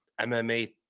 MMA